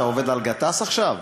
אתה עובד על גטאס עכשיו?